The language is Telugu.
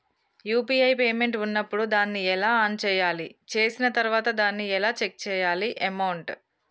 యూ.పీ.ఐ పేమెంట్ ఉన్నప్పుడు దాన్ని ఎలా ఆన్ చేయాలి? చేసిన తర్వాత దాన్ని ఎలా చెక్ చేయాలి అమౌంట్?